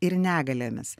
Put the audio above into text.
ir negalėmis